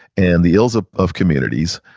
and the ills ah of communities,